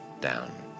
down